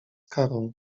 karą